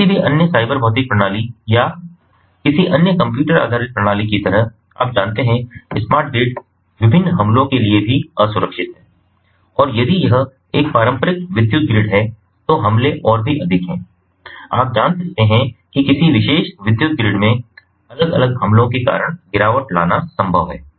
किसी भी अन्य साइबर भौतिक प्रणाली या किसी अन्य कंप्यूटर आधारित प्रणाली की तरह आप जानते हैं कि स्मार्ट ग्रिड विभिन्न हमलों के लिए भी असुरक्षित हैं और यदि यह एक पारंपरिक विद्युत ग्रिड है तो हमले और भी अधिक हैं आप जान सकते हैं कि किसी विशेष विद्युत ग्रिड में अलग अलग हमलों के कारण गिरावट लाना संभव है